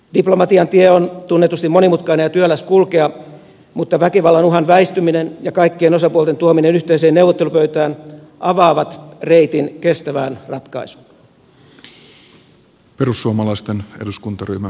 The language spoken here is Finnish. diplomatian tie on tunnetusti monimutkainen ja työläs kulkea mutta väkivallan uhan väistyminen ja kaikkien osapuolten tuominen yhteiseen neuvottelupöytään avaavat reitin kestävään ratkaisuun